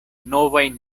novajn